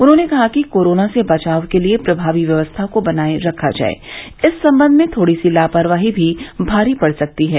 उन्होंने कहा कि कोरोना से बचाव के लिये प्रभावी व्यवस्था को बनाये रखा जाये इस संबंध में थोड़ी सी लापरवाही भारी पड़ सकती है